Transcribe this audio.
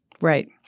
Right